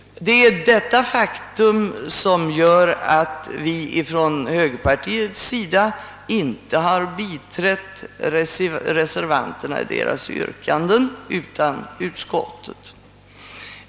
Det är detta faktum som gör att högerpartiet inte har biträtt reservanternas yrkanden utan utskottets.